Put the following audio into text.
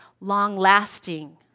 long-lasting